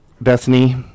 bethany